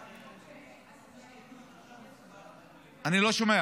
אם הוא --- לא,